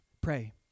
Pray